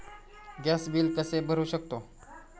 Gas bill कसे भरू शकतो?